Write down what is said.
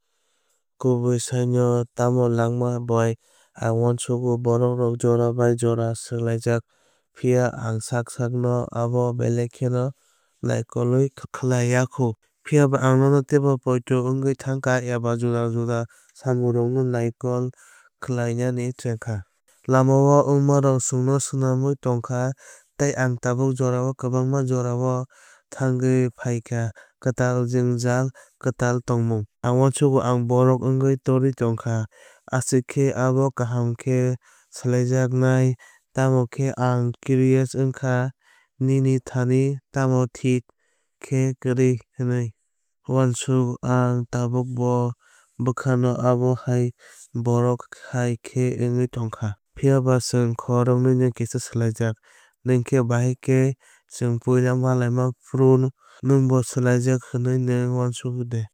Kubuisaino tamo lama bai ang uansugo borokrok jora bai jora swlaijak. Phiya ang sak sak no abo belai kheno naikolwui khlai ya kho. Phiyaba ang no teibo poito wngwui thangkha eba juda juda samungrokno nai kol khlainani chengkha. Lamao wngmarok chwngno swnamwui tongkha tei ang tabuk jorao kwbangma jorao thwngwi phaikha kwtal jwngjal kwtal thwngmung. Ang uansugo ang borok wngwi torwui thangkha. Aswk khe abo kaham khe swlaijaknai. Tamo khe ang curious wngkha nini thani tamo thik khe kwrwi hwnwi uansuk. Ang tabukbo bwkhao abo hai borok hai khe wngwui tongkha. Phiyaba chwng khoroknwi no kisa swlaijak. Nwngkhe bahai sa Chwng puila malai phuru nwngbo swlaijak hwnwi nwng uansugo de.